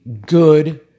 good